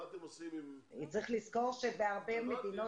צריך לזכור שבהרבה מדינות,